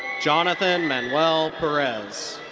jonathan manuel perez.